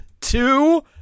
two